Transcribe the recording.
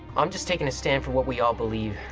i'm just taking a stand for what we all believe!